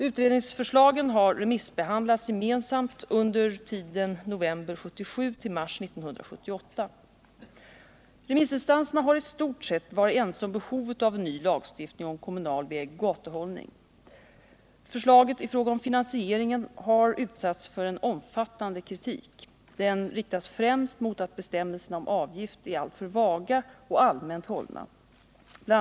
Utredningsförslagen har remissbehandlats gemensamt under tiden november 1977 — mars 1978. Remissinstanserna har i stort sett varit ense om behovet av en ny lagstiftning om kommunal vägoch gatuhållning. Förslaget i fråga om finansieringen har utsatts för en omfattande kritik. Den riktas främst mot att bestämmelserna om avgift är alltför vaga och allmänt hållna. BI.